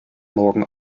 morgen